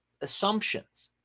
assumptions